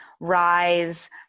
Rise